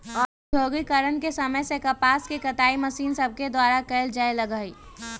औद्योगिकरण के समय से कपास के कताई मशीन सभके द्वारा कयल जाय लगलई